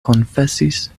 konfesis